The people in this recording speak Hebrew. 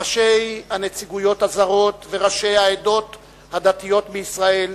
ראשי הנציגויות הזרות וראשי העדות הדתיות בישראל,